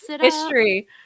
History